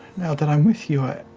now that i'm with you,